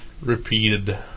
repeated